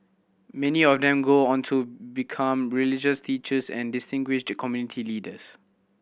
many of them go on to become religious teachers and distinguished community leaders